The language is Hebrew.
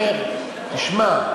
אומר: תשמע,